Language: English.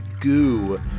goo